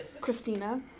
Christina